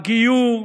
הגיור,